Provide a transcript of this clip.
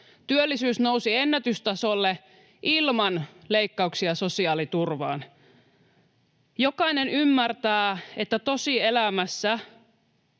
Työllisyys nousi ennätystasolle ilman leikkauksia sosiaaliturvaan. Jokainen ymmärtää, että tosielämässä,